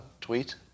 tweet